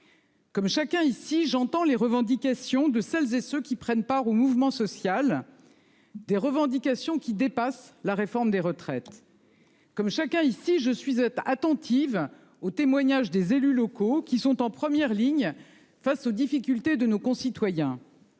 Comme chacun ici j'entends les revendications de celles et ceux qui prennent part au mouvement social. Des revendications qui dépassent la réforme des retraites. Comme chacun ici je suis attentive aux témoignages des élus locaux qui sont en première ligne face aux difficultés de nos concitoyens.